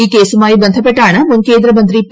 ഇൌ കേസുമായി ബന്ധപ്പെട്ടാണ് മുൻ കേന്ദ്രമന്ത്രി പി